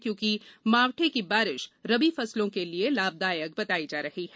क्योंकि मावठे की बारिश रबी फसलों के लिए लाभदायक बताई जा रही है